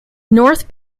north